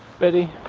betty,